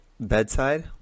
bedside